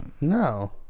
No